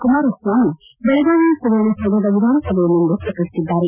ಕುಮಾರಸ್ವಾಮಿ ಬೆಳಗಾವಿಯ ಸುವರ್ಣ ಸೌಧದ ವಿಧಾನಸಭೆಯಲ್ಲಿಂದು ಪ್ರಕಟಿಸಿದ್ದಾರೆ